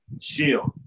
Shield